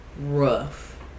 Rough